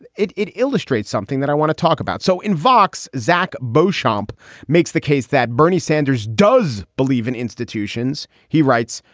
it it illustrates something that i want to talk about. so in vocs, zack beauchamp makes the case that bernie sanders does believe in institutions. he writes,